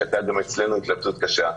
וגם אצלנו הייתה התלבטות קשה,